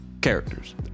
Characters